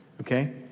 okay